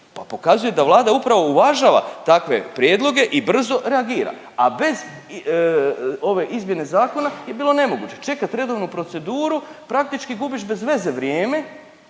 pa pokazuje da Vlada upravo uvažava takve prijedloge i brzo reagira, a bez ove izmjene zakona je bilo nemoguće čekati redovnu proceduru, praktički gubiš bez veze vrijeme,